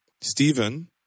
Stephen